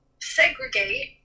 segregate